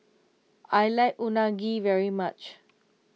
I like Unagi very much